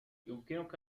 يمكنك